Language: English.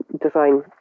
design